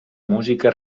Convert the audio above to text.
música